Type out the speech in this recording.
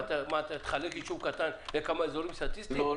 תחלק ישוב קטן לכמה אזורים סטטיסטיים?